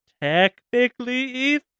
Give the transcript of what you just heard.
technically